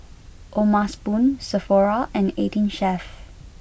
O'ma spoon Sephora and eighteen Chef